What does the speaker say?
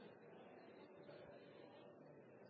det må det jo være